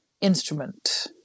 instrument